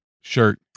shirt